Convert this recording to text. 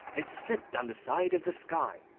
it slipped down the side of the sky,